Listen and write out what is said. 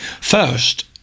First